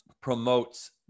promotes